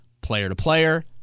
player-to-player